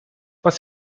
was